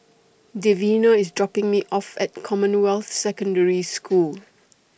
Davina IS dropping Me off At Commonwealth Secondary School